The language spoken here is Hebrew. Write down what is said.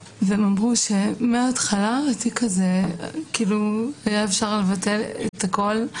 --- (בוכה) והם אמרו שמההתחלה בתיק הזה היה אפשר לבטל את הכל,